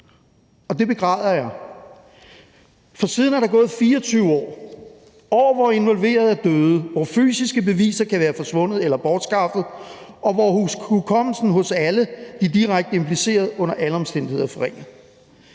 og det begræder jeg. Siden er der gået 24 år – år, hvor involverede er døde, hvor fysiske beviser kan være forsvundet eller bortskaffet, og hvor hukommelsen hos alle de direkte implicerede under alle omstændigheder er forringet.